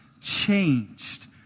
changed